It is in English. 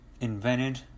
invented